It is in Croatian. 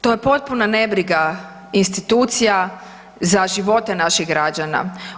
To je potpuna nebriga institucija za živote naših građana.